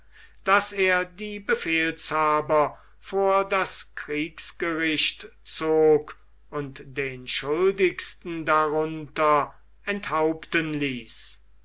daß er die befehlshaber vor das kriegsgericht zog und den schuldigsten darunter enthaupten ließ